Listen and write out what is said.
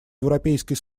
европейской